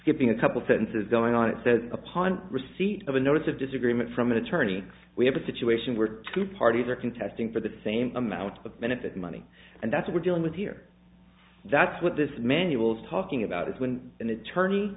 skipping a couple sentences going on it says upon receipt of a notice of disagreement from an attorney we have a situation where two parties are contesting for the same amount of benefit money and that's it we're dealing with here that's what this manual's talking about is when an attorney